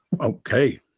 Okay